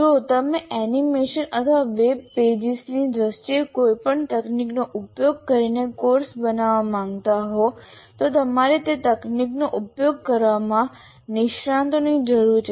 જો તમે એનિમેશન અથવા વેબ પેજીસની દ્રષ્ટિએ કોઈપણ તકનીકનો ઉપયોગ કરીને કોર્સ બનાવવા માંગતા હો તો તમારે તે તકનીકોનો ઉપયોગ કરવામાં નિષ્ણાતોની જરૂર છે